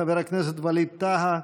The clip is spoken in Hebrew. חבר הכנסת ווליד טאהא,